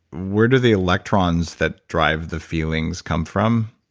where do the electrons that drive the feelings come from?